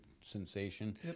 sensation